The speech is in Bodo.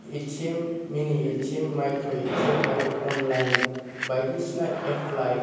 A T M mini A T M micro A T M आरो अनलाइन बायदिसिना एप्लाइ